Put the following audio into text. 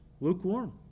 Lukewarm